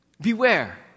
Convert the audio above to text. Beware